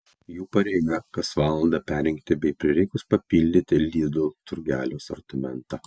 jų pareiga kas valandą perrinkti bei prireikus papildyti lidl turgelio asortimentą